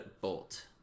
bolt